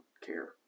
care